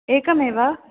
एकमेव